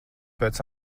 pēc